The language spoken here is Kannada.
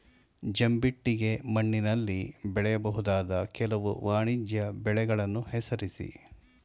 ಜಂಬಿಟ್ಟಿಗೆ ಮಣ್ಣಿನಲ್ಲಿ ಬೆಳೆಯಬಹುದಾದ ಕೆಲವು ವಾಣಿಜ್ಯ ಬೆಳೆಗಳನ್ನು ಹೆಸರಿಸಿ?